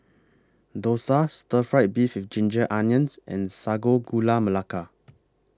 Dosa Stir Fry Beef with Ginger Onions and Sago Gula Melaka